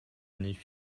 années